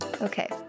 Okay